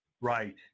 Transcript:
Right